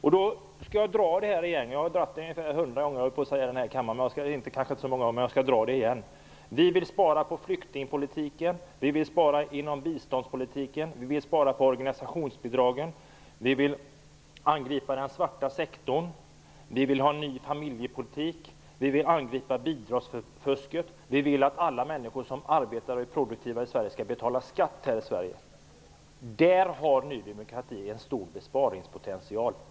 Vad vi vill göra skall jag dra här igen, för kanske hundrade gången: Vi vill spara på flyktingpolitiken, inom biståndspolitiken och på organisationsbidragen. Vi vill angripa den svarta sektorn. Vi vill ha en ny familjepolitik. Vi vill angripa bidragsfusket. Vi vill att alla människor som arbetar och är produktiva i Sverige skall betala skatt. Däri ligger Ny demokratis stora besparingspotential.